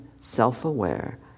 self-aware